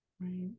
Right